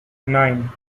nine